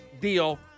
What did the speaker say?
deal